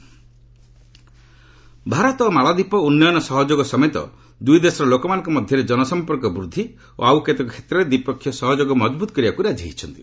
ସୁଷମା ମାଳଦୀପ୍ ଭାରତର ଓ ମାଳଦୀପ ଉନ୍ୟନ ସହଯୋଗ ସମେତ ଦୁଇ ଦେଶର ଲୋକମାନଙ୍କ ମଧ୍ୟରେ ଜନସମ୍ପର୍କ ବୃଦ୍ଧି ଓ ଆଉ କେତେକ କ୍ଷେତ୍ରରେ ଦ୍ୱିପକ୍ଷିୟ ସହଯୋଗ ମଜବୁତ କରିବାକୁ ରାଜି ହୋଇଛନ୍ତି